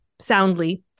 soundly